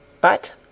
But